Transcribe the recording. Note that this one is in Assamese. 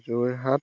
যোৰহাট